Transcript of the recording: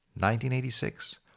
1986